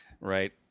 right